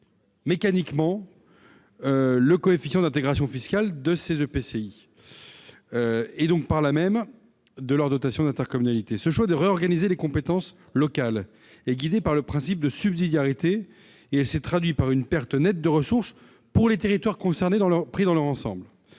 baisser le coefficient d'intégration fiscale des EPCI concernés et, partant, leur dotation d'intercommunalité. Ce choix de réorganiser les compétences locales, guidé par le principe de subsidiarité, s'est donc traduit par une perte nette de ressources pour les territoires concernés pris dans leur ensemble.